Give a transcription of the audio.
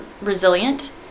resilient